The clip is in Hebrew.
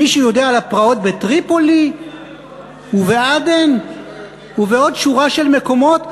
מישהו יודע על הפרעות בטריפולי ובעדן ובעוד שורה של מקומות?